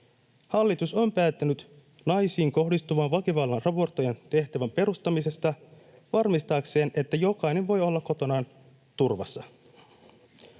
Hallitus on päättänyt naisiin kohdistuvan väkivallan raportoijan tehtävän perustamisesta varmistaakseen, että jokainen voi olla kotonaan turvassa.